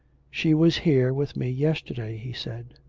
she was here with me yesterday he said.